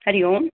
हरिः ओम्